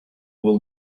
will